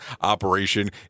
operation